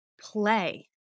play